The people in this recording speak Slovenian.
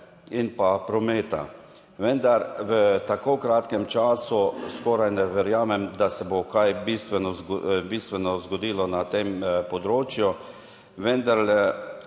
in pa prometa. Vendar v tako kratkem času skoraj ne verjamem, da se bo kaj bistveno, bistveno zgodilo na tem področju. Vendarle,